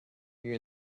you